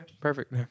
perfect